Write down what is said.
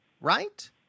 right